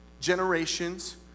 generations